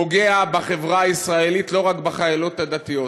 פוגע בחברה הישראלית, לא רק בחיילות הדתיות.